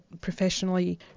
professionally